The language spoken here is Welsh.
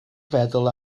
feddwl